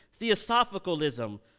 theosophicalism